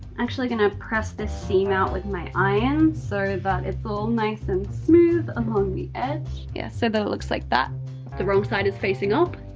actually gonna press this seam out with my iron, so that it's all nice and smooth along the edge yeah so that it looks like that the wrong side is facing up,